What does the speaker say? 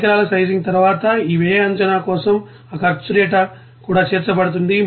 ఆ పరికరాల సైజింగ్ తర్వాత ఈ వ్యయ అంచనా కోసం ఆ ఖర్చు డేటా కూడా చేర్చబడుతుంది